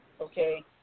Okay